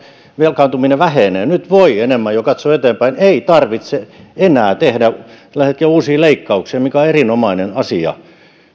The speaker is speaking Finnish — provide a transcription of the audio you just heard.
velkaantuminen vähenee nyt voi enemmän jo katsoa eteenpäin ei tarvitse tehdä enää tällä hetkellä uusia leikkauksia mikä on erinomainen asia